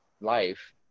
life